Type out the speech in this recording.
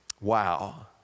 Wow